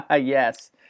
Yes